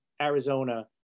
arizona